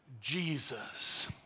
Jesus